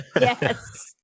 Yes